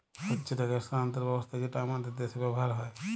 হচ্যে টাকা স্থানান্তর ব্যবস্থা যেটা হামাদের দ্যাশে ব্যবহার হ্যয়